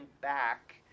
back